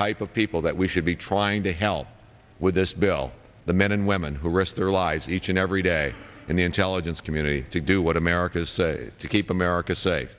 cuyp of people that we should be trying to help with this bill the men and women who risk their lives each and every day in the intelligence community to do what america's say to keep america safe